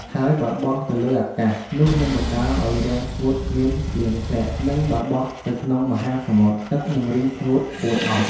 ហើយបើបោះទៅលើអាកាស នោះនឹងបណ្ដាលឲ្យរាំងស្ងួតគ្មានភ្លៀងធ្លាក់ និងបើបោះទៅក្នុងមហាសមុទ្រ ទឹកនឹងរីងស្ងួតហួតអស់។